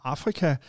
Afrika